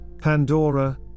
Pandora